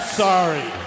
sorry